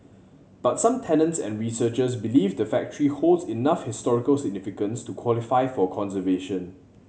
but some tenants and researchers believe the factory holds enough historical significance to qualify for conservation